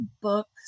books